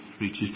reaches